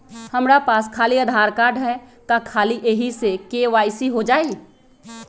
हमरा पास खाली आधार कार्ड है, का ख़ाली यही से के.वाई.सी हो जाइ?